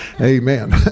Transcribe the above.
Amen